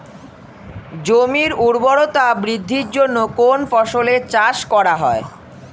জমির উর্বরতা বৃদ্ধির জন্য কোন ফসলের চাষ করা হয়?